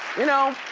you know?